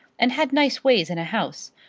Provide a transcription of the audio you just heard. and had nice ways in a house,